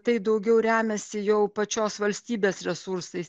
tai daugiau remiasi jau pačios valstybės resursais